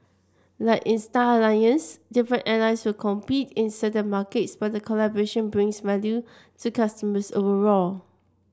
like in Star Alliance different airlines will compete in certain markets but the collaboration brings value to customers overall